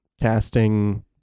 casting